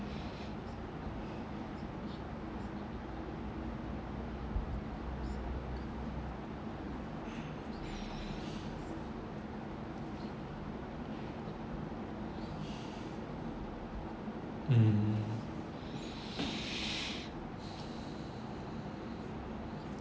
mm